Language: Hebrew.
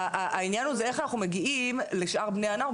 השאלה היא איך אנחנו מגיעים לשאר בני הנוער.